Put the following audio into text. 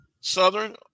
Southern